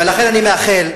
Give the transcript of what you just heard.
ולכן אני מאחל,